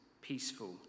peaceful